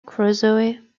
crusoe